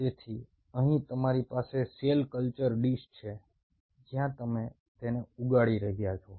તેથી અહીં તમારી પાસે સેલ કલ્ચર ડીશ છે જ્યાં તમે તેને ઉગાડી રહ્યા છો